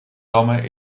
damme